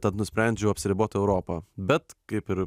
tad nusprendžiau apsiribot europa bet kaip ir